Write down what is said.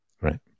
right